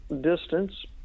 distance